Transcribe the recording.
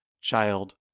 child